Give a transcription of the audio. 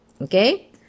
okay